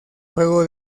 juego